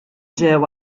ġew